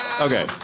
Okay